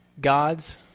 gods